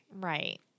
Right